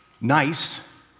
nice